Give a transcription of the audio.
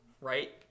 right